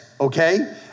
Okay